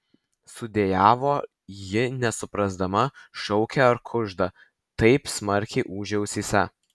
sudejavo ji nesuprasdama šaukia ar kužda taip smarkiai ūžė ausyse